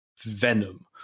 venom